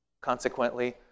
Consequently